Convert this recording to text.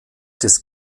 des